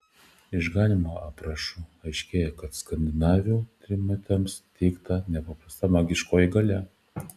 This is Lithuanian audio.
iš ganymo aprašų aiškėja kad skandinavių trimitams teikta nepaprasta magiškoji galia